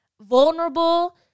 vulnerable